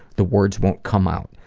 the words won't come out.